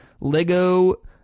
LEGO